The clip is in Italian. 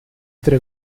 tre